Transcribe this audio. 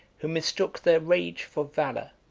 who mistook their rage for valor,